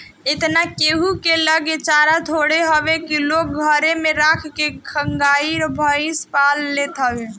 एतना केहू के लगे चारा थोड़े हवे की लोग घरे में राख के गाई भईस पाल लेत हवे